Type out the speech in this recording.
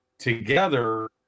together